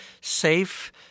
safe